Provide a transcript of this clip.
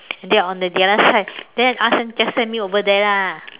they are on the other side then I ask them just send me over there lah